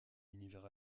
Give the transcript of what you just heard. univers